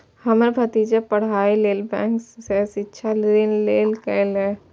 हमर भतीजा पढ़ाइ लेल बैंक सं शिक्षा ऋण लेलकैए